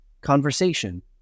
conversation